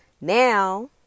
Now